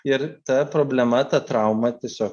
ir ta problema ta trauma tiesiog